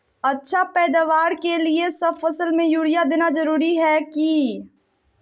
अच्छा पैदावार के लिए सब फसल में यूरिया देना जरुरी है की?